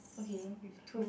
okay with